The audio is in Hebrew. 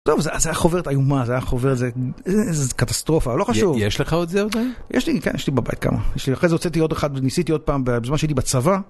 טוב, זה היה חוברת איומה, זה היה חוברת... איזו קטסטרופה, אבל לא חשוב. יש לך עוד זה עוד היום? יש לי, כן, יש לי בבית כמה. אחרי זה הוצאתי עוד אחת וניסיתי עוד פעם בזמן שהייתי בצבא.